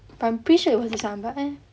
but I'm pretty sure it was this [one] but eh